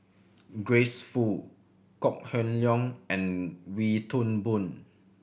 Grace Fu Kok Heng Leun and Wee Toon Boon